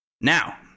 Now